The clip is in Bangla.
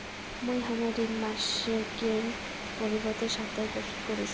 মুই হামার ঋণ মাসিকের পরিবর্তে সাপ্তাহিক পরিশোধ করিসু